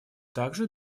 также